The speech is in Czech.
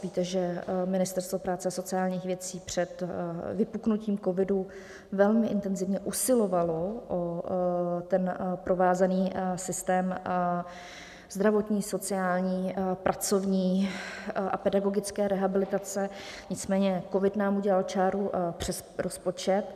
Víte, že Ministerstvo práce a sociálních věcí před vypuknutím covidu velmi intenzivně usilovalo o provázaný systém zdravotní, sociální, pracovní a pedagogické rehabilitace, nicméně covid nám udělal čáru přes rozpočet.